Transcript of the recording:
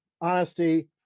honesty